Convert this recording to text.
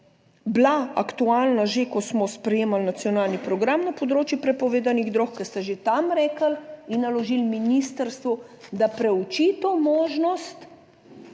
bila aktualna že, ko smo sprejemali nacionalni program na področju prepovedanih drog, ki ste že tam rekli in naložili ministrstvu, da preuči to možnost,